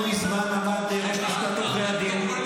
לא מזמן עמד ראש לשכת עורכי הדין,